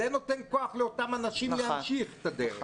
זה נותן כוח לאותם אנשים להמשיך בדרך.